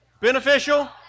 Beneficial